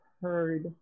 heard